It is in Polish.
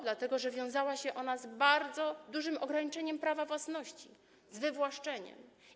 Dlatego że wiązała się ona z bardzo dużym ograniczeniem prawa własności, z wywłaszczeniem.